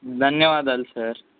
ధన్యవాదాలు సార్